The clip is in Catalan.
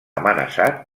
amenaçat